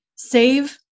save